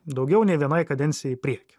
daugiau nei vienai kadencijai į priekį